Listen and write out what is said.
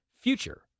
future